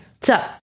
So-